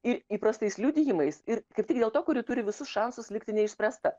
ir įprastais liudijimais ir kaip tik dėl to kuri turi visus šansus likti neišspręsta